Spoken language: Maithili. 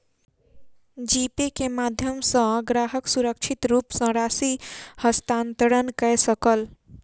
जी पे के माध्यम सॅ ग्राहक सुरक्षित रूप सॅ राशि हस्तांतरण कय सकल